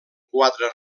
quatre